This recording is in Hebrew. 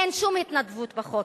אין שום התנדבות בחוק,